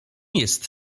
jest